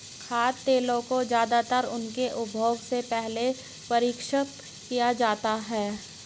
खाद्य तेलों को ज्यादातर उनके उपभोग से पहले परिष्कृत किया जाता है